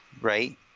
right